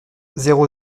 zéro